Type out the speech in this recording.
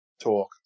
talk